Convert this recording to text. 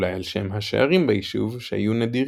- אולי על שם השערים ביישוב, שהיו נדירים